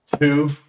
Two